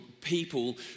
people